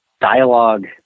dialogue